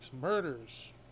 murders